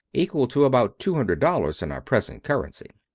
equal to about two hundred dollars in our present currency.